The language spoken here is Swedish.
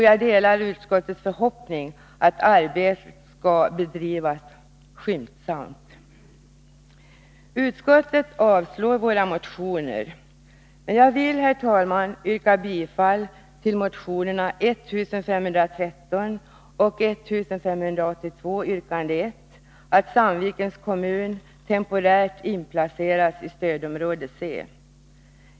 Jag delar utskottets förhoppning om att arbetet skall bedrivas skyndsamt. Utskottet avstyrker våra motioner. Men jag vill, herr talman, yrka bifall till motion 1513 och motion 1582, yrkande 1, om att Sandvikens kommun temporärt inplaceras i stödområde C.